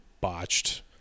botched